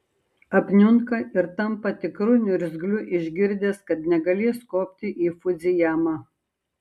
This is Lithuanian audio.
apniunka ir tampa tikru niurzgliu išgirdęs kad negalės kopti į fudzijamą